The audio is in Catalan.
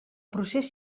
procés